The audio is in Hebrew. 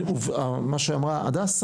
ומה שאמרה הדס,